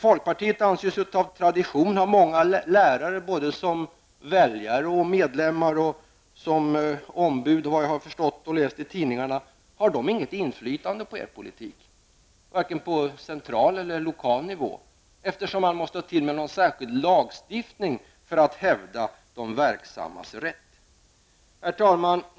Folkpartiet anser sig av tradition ha många lärare som väljare och medlemmar samt som ombud, har jag förstått och läst i tidningarna. Har de inget inflytande på er politik, varken på central eller lokal nivå, eftersom man måste ta till särskild lagstiftning för att hävda de verksammas rätt? Herr talman!